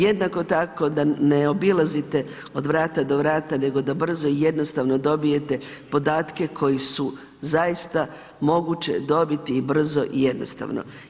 Jednako tako da ne obilazite od vrata do vrata nego da brzo i jednostavno dobijete podatke koje su, zaista moguće dobiti i brzo i jednostavno.